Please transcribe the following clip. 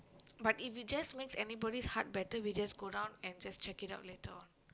but if you just went to anybody's heart better we just go down and just check it out later on